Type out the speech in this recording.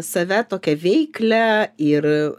save tokią veiklią ir